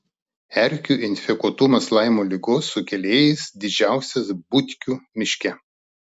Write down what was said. erkių infekuotumas laimo ligos sukėlėjais didžiausias butkių miške